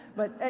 but,